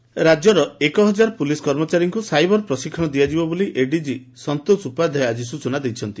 cyber training ରାଜ୍ୟର ଏକହଜାର police କର୍ମଚାରୀଙ୍କୁ ସାଇବର ପ୍ରଶିକ୍ଷଣ ଦିଆଯିବ ବୋଲି ଏଡିକି ସନ୍ତୋଷ ଉପାଧାୟ ଆକି ସ୍ଚନା ଦେଇଛନ୍ତି